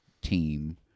team